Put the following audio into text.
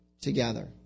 together